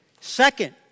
Second